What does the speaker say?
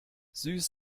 süß